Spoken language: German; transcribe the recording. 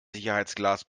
sicherheitsglas